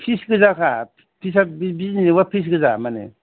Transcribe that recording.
फिस गोजाखा फिसा बिजिनी जोंबा फिस गोजा माने